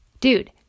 dude